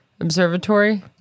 observatory